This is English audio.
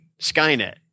Skynet